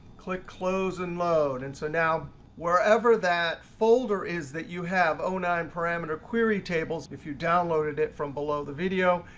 click close and load. and so now wherever that folder is that you have nine parameter query tables, if you downloaded it from below the video,